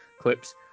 clips